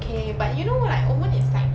okay but you know like owen is like